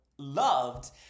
Loved